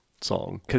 song